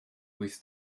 wyth